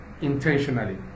intentionally